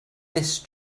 this